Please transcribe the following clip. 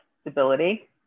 stability